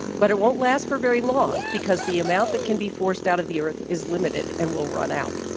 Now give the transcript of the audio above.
but it won't last for very long because the amount that can be forced out of the earth is limited and will run out.